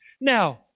Now